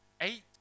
eight